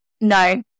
no